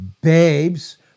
Babes